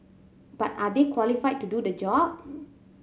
but are they qualified to do the job